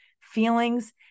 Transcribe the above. feelings